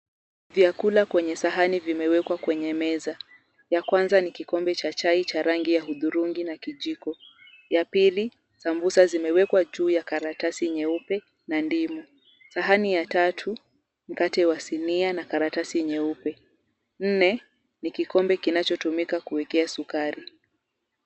Vyakula kwenye sahani vimeekwa kwenye meza ya kwanza ni kikombe cha chai cha rangi ya hudhurungi na kijiko, ya pili sambusa zimewekwa juu ya karatasi nyeupe na ndimu, sahani ya tatu mkate wa sinia na karatasi nyeupe, ya nne ni kikombe kinachotumika kuweka sukari.